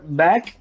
back